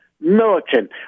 Militant